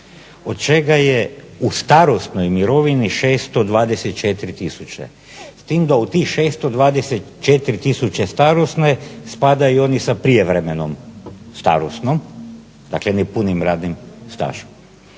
od čega je u starosnoj mirovini 624000 s tim da u tih 624000 starosne spadaju i oni sa prijevremenom starosnom, dakle nepunim radnim stažom.